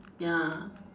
ya